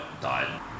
died